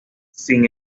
sin